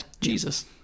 Jesus